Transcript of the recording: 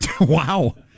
Wow